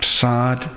sad